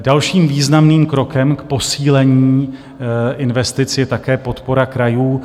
Dalším významným krokem k posílení investic je také podpora krajů.